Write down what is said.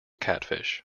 catfish